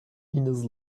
ines